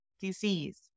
disease